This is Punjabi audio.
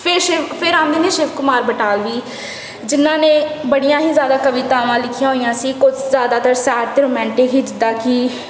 ਫਿਰ ਸ਼ਿਵ ਫਿਰ ਆਉਂਦੇ ਨੇ ਸ਼ਿਵ ਕੁਮਾਰ ਬਟਾਲਵੀ ਜਿਨ੍ਹਾਂ ਨੇ ਬੜੀਆਂ ਹੀ ਜ਼ਿਆਦਾ ਕਵਿਤਾਵਾਂ ਲਿਖੀਆਂ ਹੋਈਆਂ ਸੀ ਕੁਝ ਜ਼ਿਆਦਾਤਰ ਸੈਡ ਅਤੇ ਰੋਮੈਂਟਿਕ ਹੀ ਜਿੱਦਾਂ ਕਿ